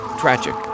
tragic